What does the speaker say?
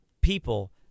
people